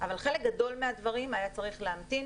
אבל לחלק גדול מהדברים היה צריך להמתין,